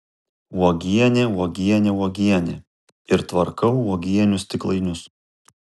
uogienė uogienė uogienė ir tvarkau uogienių stiklainius